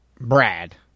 Brad